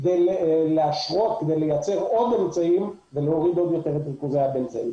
כדי להשרות ולייצר עוד אמצעים ולהוריד עוד יותר את ריכוז ה-בנזן.